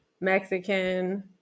Mexican